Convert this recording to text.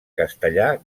castellà